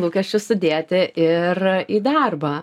lūkesčius sudėti ir į darbą